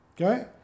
Okay